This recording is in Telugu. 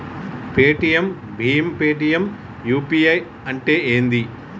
పేటిఎమ్ భీమ్ పేటిఎమ్ యూ.పీ.ఐ అంటే ఏంది?